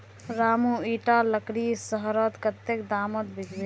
रामू इटा लकड़ी शहरत कत्ते दामोत बिकबे